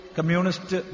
Communist